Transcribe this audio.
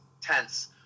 tense